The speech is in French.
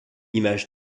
image